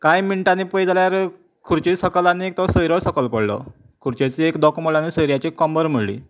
कांय मिण्टांनी पळय जाल्यार खुर्ची सकल आनी तो सोयरोय सकयल पडलो खुर्चेचो एक दोको मोडलो आनी सोयऱ्याची कमर मोडली